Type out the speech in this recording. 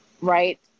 Right